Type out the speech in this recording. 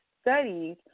studies